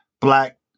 Black